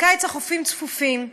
בקיץ החופים צפופים.